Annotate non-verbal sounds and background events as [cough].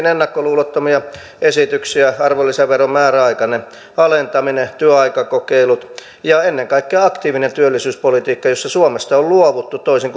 [unintelligible] ennakkoluulottomia esityksiä arvonlisäveron määräaikainen alentaminen työaikakokeilu ja ennen kaikkea aktiivinen työllisyyspolitiikka josta suomessa on on luovuttu toisin [unintelligible]